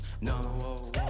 no